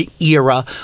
era